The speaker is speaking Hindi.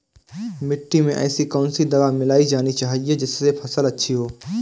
मिट्टी में ऐसी कौन सी दवा मिलाई जानी चाहिए जिससे फसल अच्छी हो?